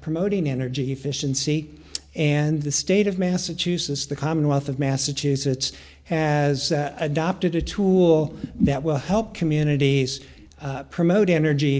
promoting energy efficiency and the state of massachusetts the commonwealth of massachusetts has adopted a tool that will help communities promote energy